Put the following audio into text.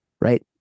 right